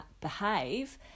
behave